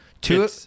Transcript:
Two